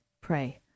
pray